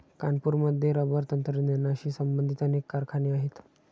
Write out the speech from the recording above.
कानपूरमध्ये रबर तंत्रज्ञानाशी संबंधित अनेक कारखाने आहेत